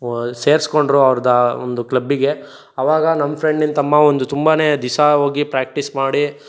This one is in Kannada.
ಸೇರಿಸ್ಕೊಂಡ್ರು ಅವ್ರ್ದು ಒಂದು ಕ್ಲಬ್ಬಿಗೆ ಆವಾಗ ನಮ್ಮ ಫ್ರೆಂಡಿನ ತಮ್ಮ ಒಂದು ತುಂಬಾ ದಿವಸಾ ಹೋಗಿ ಪ್ರಾಕ್ಟಿಸ್ ಮಾಡಿ